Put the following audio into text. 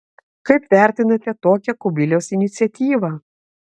kaip vertinate tokią kubiliaus iniciatyvą